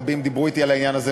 רבים דיברו אתי על העניין הזה,